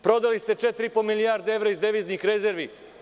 Prodali ste 4,5 milijardi evra iz deviznih rezervi.